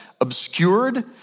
obscured